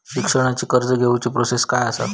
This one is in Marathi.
शिक्षणाची कर्ज घेऊची प्रोसेस काय असा?